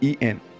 en